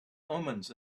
omens